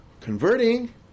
converting